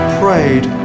prayed